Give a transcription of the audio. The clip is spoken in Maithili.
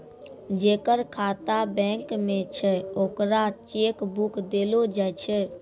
जेकर खाता बैंक मे छै ओकरा चेक बुक देलो जाय छै